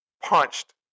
punched